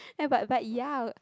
like but but ya